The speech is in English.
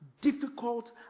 difficult